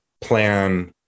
plan